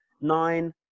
nine